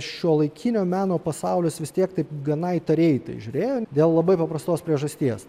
šiuolaikinio meno pasaulis vis tiek taip gana įtariai žiūrėjo dėl labai paprastos priežasties